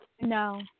No